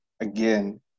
again